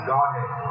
Godhead